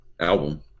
album